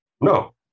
No